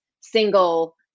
single